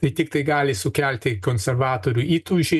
tai tiktai gali sukelti konservatorių įtūžį